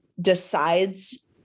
decides